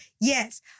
Yes